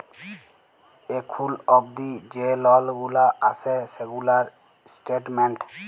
এখুল অবদি যে লল গুলা আসে সেগুলার স্টেটমেন্ট